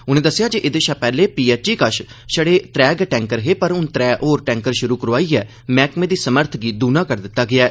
उनें दस्सेआ जे एहदे शा पैहले पीएचई कश छड़े त्रै गै टैंकर हे पर हन त्रै होर टैंकर श्रु करोआइयै मैहकमे दी समर्थ गी दूना करी दिता गेआ ऐ